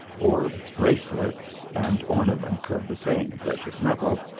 or bracelets and ornaments of the same precious metal,